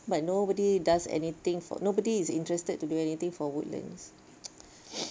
but nobody does anything nobody is interested to do anything for Woodlands